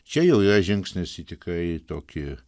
čia jau yra žingsnis į tikrai tokį